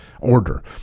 order